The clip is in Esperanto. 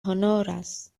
honoras